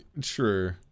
true